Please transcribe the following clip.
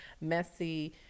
messy